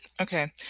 Okay